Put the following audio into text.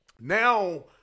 now